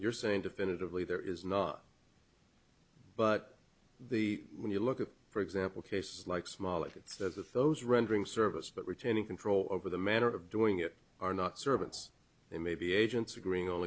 you're saying definitively there is not but the when you look at for example cases like small it's that those rendering service but retaining control over the manner of doing it are not servants they may be agents agreeing on